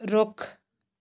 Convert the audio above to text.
ਰੁੱਖ